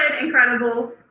incredible